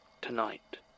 Tonight